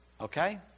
okay